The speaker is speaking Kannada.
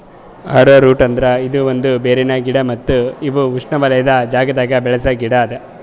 ಅರೋರೂಟ್ ಅಂದುರ್ ಇದು ಒಂದ್ ಬೇರಿನ ಗಿಡ ಮತ್ತ ಇವು ಉಷ್ಣೆವಲಯದ್ ಜಾಗದಾಗ್ ಬೆಳಸ ಗಿಡ ಅದಾ